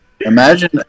imagine